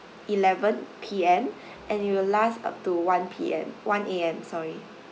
eleven P_M and it will last up to one P_M one A_M sorry